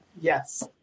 Yes